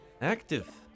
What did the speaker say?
Active